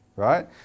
Right